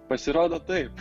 pasirodo taip